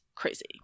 crazy